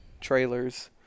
trailers